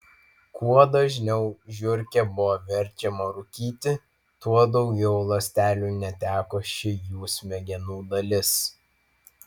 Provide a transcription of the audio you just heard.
kuo dažniau žiurkė buvo verčiama rūkyti tuo daugiau ląstelių neteko ši jų smegenų dalis